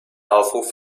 aufruf